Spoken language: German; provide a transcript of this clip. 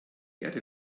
erde